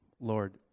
Lord